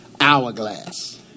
hourglass